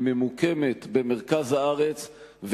היא ממוקמת במרכז הארץ,